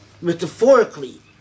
metaphorically